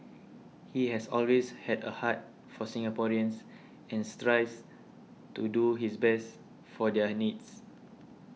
he has always had a heart for Singaporeans and strives to do his best for their needs